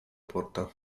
porta